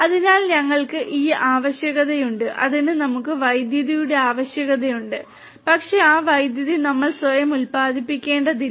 അതിനാൽ ഞങ്ങൾക്ക് ഈ ആവശ്യകതയുണ്ട് അതിന് നമുക്ക് വൈദ്യുതിയുടെ ആവശ്യകതയുണ്ട് പക്ഷേ ആ വൈദ്യുതി നമ്മൾ സ്വയം ഉത്പാദിപ്പിക്കേണ്ടതില്ല